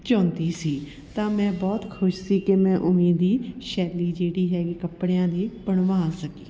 ਚਾਹੁੰਦੀ ਸੀ ਤਾਂ ਮੈਂ ਬਹੁਤ ਖੁਸ਼ ਸੀ ਕਿ ਮੈਂ ਉਵੇਂ ਦੀ ਸ਼ੈਲੀ ਜਿਹੜੀ ਹੈ ਕੱਪੜਿਆਂ ਦੀ ਬਣਵਾ ਸਕੀ